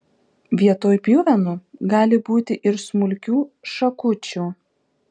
vietoj pjuvenų gali būti ir smulkių šakučių